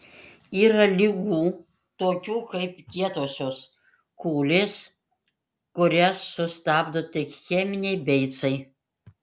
yra ligų tokių kaip kietosios kūlės kurias sustabdo tik cheminiai beicai